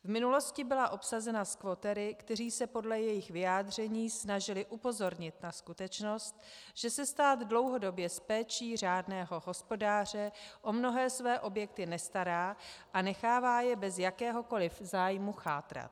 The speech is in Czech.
V minulosti byla obsazena squattery, kteří se podle svého vyjádření snažili upozornit na skutečnost, že se stát dlouhodobě s péčí řádného hospodáře o mnohé své objekty nestará a nechává je bez jakéhokoliv zájmu chátrat.